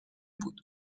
بود